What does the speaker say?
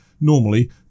normally